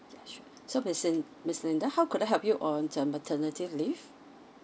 okay sure so miss lin~ miss linda how could I help you on uh maternity leave